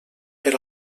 per